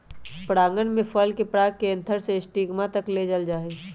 परागण में फल के पराग के एंथर से स्टिग्मा तक ले जाल जाहई